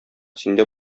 синдә